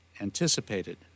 anticipated